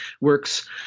works